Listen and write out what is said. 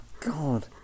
god